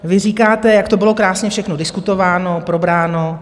Vy říkáte, jak to bylo krásně všechno diskutováno, probráno.